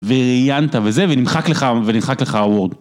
וראיינת וזה ונמחק לך ונמחק לך ערוד.